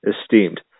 esteemed